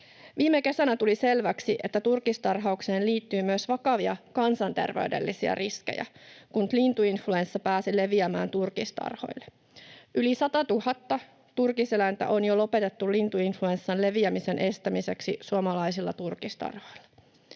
Viime kesänä tuli selväksi, että turkistarhaukseen liittyy myös vakavia kansanterveydellisiä riskejä, kun lintuinfluenssa pääsi leviämään turkistarhoille. Yli 100 000 turkiseläintä on jo lopetettu lintuinfluenssan leviämisen estämiseksi suomalaisilla turkistarhoilla.